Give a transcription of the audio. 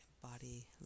body